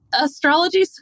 astrology